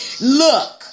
Look